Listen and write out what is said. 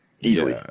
Easily